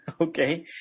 okay